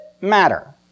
matter